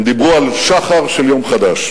הם דיברו על שחר של יום חדש.